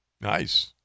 Nice